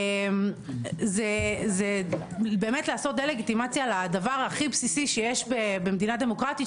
זה באמת לעשות דה לגיטימציה לדבר הכי בסיסי שיש במדינה דמוקרטית,